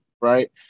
right